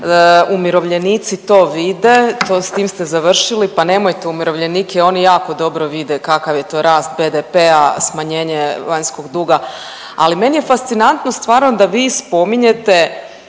Umirovljenici to vide, to, s tim ste završili, pa nemojte umirovljenike, oni jako dobro vide kakav je to rast BDP-a, smanjenje vanjskog duga, ali meni je fascinantno stvarno da vi spominjete